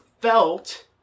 felt